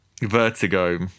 Vertigo